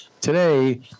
today